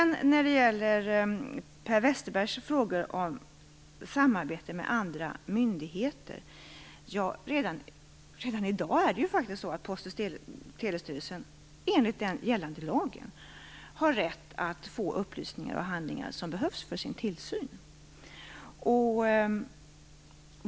När det sedan gäller Per Westerbergs frågor om samarbete med andra myndigheter har Post och telestyrelsen redan i dag enligt gällande lag rätt att få upplysningar och handlingar som behövs för dess tillsyn.